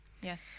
Yes